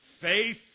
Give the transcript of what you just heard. faith